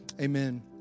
Amen